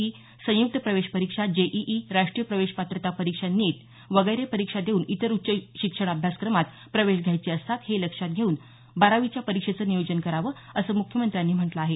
T संयुक्त प्रवेश परीक्षा जेईई राष्ट्रीय प्रवेश पात्रता परीक्षा नीट वगैरे परीक्षा देऊन इतर उच्च शिक्षण अभ्यासक्रमात प्रवेश घ्यायचे असतात हे लक्षात घेऊन बारावीच्या परीक्षेचं नियोजन करावं असं मुख्यमंत्र्यांनी म्हटलं आहे